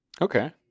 okay